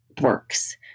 works